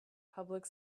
public